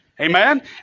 Amen